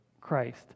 Christ